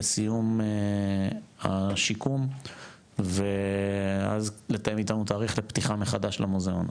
לסיום השיקום ואז לתאם איתנו תאריך לפתיחה מחדש למוזיאון.